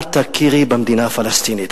אל תכירי במדינה הפלסטינית.